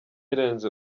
irenze